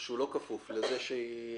או שהוא לא כפוף לזה ש --- לא.